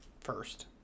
first